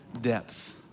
depth